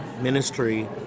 ministry